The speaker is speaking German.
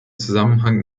zusammenhang